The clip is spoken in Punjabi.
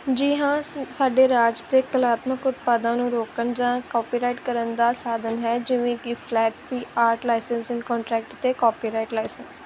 ਜੀ ਹਾਂ ਸ ਸਾਡੇ ਰਾਜ ਦੇ ਕਲਾਤਮਕ ਉਤਪਾਦਾਂ ਨੂੰ ਰੋਕਣ ਜਾਂ ਕੋਪੀਰਾਈਟ ਕਰਨ ਦਾ ਸਾਧਨ ਹੈ ਜਿਵੇਂ ਕਿ flat fee art licensing contract ਅਤੇ ਕਾਪੀਰਾਈਟ ਲਾਈਸੈਂਸ